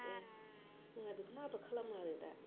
जोंहा बेखौनो आबाद खालामो आरो दा